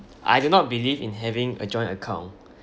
I do not believe in having a joint account